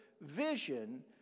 vision